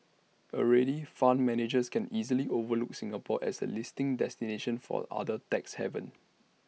already fund managers can easily overlook Singapore as A listing destination for other tax havens